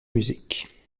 music